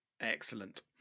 Excellent